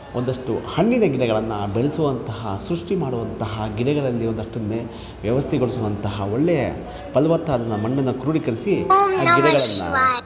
ಒಂದಷ್ಟು ಹಣ್ಣಿನ ಗಿಡಗಳನ್ನು ಬೆಳೆಸುವಂತಹ ಸೃಷ್ಟಿ ಮಾಡುವಂತಹ ಗಿಡಗಳಲ್ಲಿ ಒಂದಷ್ಟು ನೆ ವ್ಯವಸ್ಥೆಗೊಳಿಸುವಂತಹ ಒಳ್ಳೆ ಫಲವತ್ತಾದಂತಹ ಮಣ್ಣನ್ನು ಕ್ರೋಢೀಕರಿಸಿ ಆ ಗಿಡಗಳನ್ನು